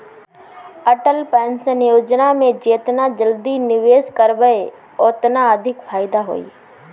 Atal pension योजना में जेतना जल्दी निवेश करबअ ओतने अधिका फायदा होई